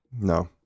No